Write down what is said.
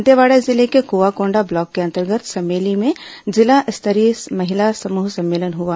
दंतेवाडा जिले के कुआकोंडा ब्लॉक के अंतर्गत समेली में जिला स्तरीय महिला समृह सम्मेलन हुआ